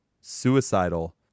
Suicidal